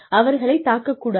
அவர்களைத் தாக்கக் கூடாது